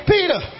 Peter